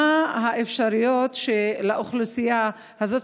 מה האפשרויות לתת לאוכלוסייה הזאת,